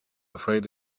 afraid